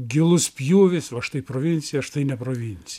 gilus pjūvis va štai provincija štai neprovinc